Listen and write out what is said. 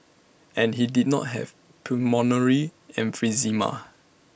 and he did not have pulmonary emphysema